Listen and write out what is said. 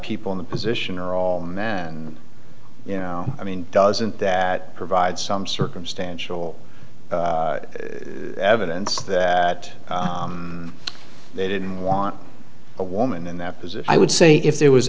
people in the position are all men and you know i mean doesn't that provide some circumstantial evidence that they didn't want a woman in that position i would say if there was